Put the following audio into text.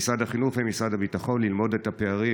על משרד החינוך ומשרד הביטחון ללמוד את הפערים